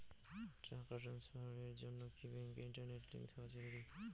টাকা ট্রানস্ফারস এর জন্য কি ব্যাংকে ইন্টারনেট লিংঙ্ক থাকা জরুরি?